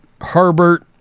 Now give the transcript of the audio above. Herbert